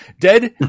dead